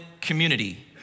community